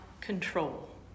control